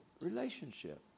relationship